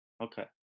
Okay